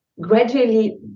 gradually